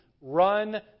run